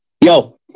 Yo